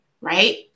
right